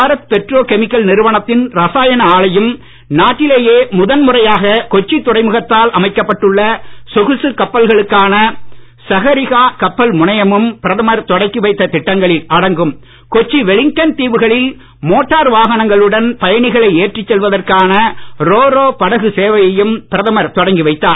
Bharat petrochemical நிறுவனத்தின் ரசாயன ஆலையும் நாட்டிலேயே முதன் முறையாக கொச்சி துறைமுகத்தால் அமைக்கப்பட்டுள்ள சொகுசுக் கப்பல்களுக்கான சாகரிகா கப்பல் முனையமும் பிரதமர் தொடக்கி வைத்த திட்டங்களில் அடங்கும் கொச்சி வெல்லிங்டன் தீவுகளில் மோட்டார் வாகனங்களுடன் பயணிகளை ஏற்றிச் செல்வதற்கான ரோ ரோ படகு சேவையையும் பிரதமர் தொடங்கி வைத்தார்